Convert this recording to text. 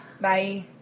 Bye